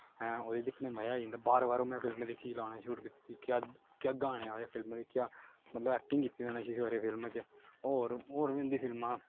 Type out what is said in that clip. हैं ओह्दे च दिक्खने दा मजा आई जंदा बार बार ओह् में फिल्म दिक्खी जेह्ड़ी उ'नें शूट कीती दी ही क्या गाने हे उस फिल्म दे क्या मतलब ऐक्टिंग कीती दी ही उ'नें छिछोरे फिल्म च होर होर बी उंदी फिल्मां